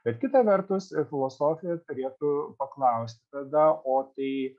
bet kita vertus ir filosofija turėtų paklaust tada o tai